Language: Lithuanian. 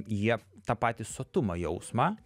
jie tą patį sotumo jausmą